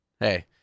Hey